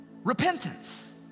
Repentance